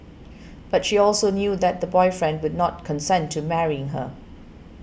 but she also knew that the boyfriend would not consent to marrying her